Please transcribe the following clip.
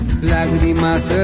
Lágrimas